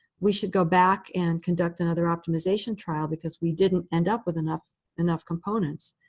we should go back and conduct another optimization trial because we didn't end up with enough enough components